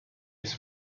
his